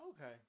Okay